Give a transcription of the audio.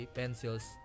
pencils